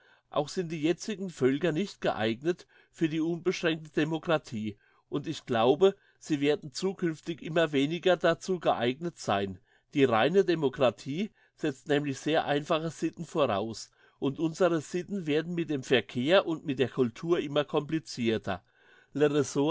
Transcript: auch sind die jetzigen völker nicht geeignet für die unbeschränkte demokratie und ich glaube sie werden zukünftig immer weniger dazu geeignet sein die reine demokratie setzt nämlich sehr einfache sitten voraus und unsere sitten werden mit dem verkehr und mit der cultur immer complicirter